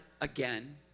again